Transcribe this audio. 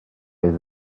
with